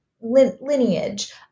lineage